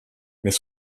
mais